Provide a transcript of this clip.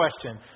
question